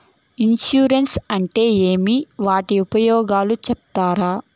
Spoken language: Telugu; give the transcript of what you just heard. ఇన్సూరెన్సు అంటే ఏమి? వాటి ఉపయోగాలు సెప్తారా?